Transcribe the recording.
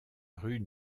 rue